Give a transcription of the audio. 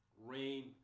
Rain